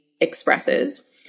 expresses